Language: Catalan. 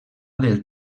del